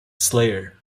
slayer